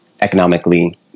economically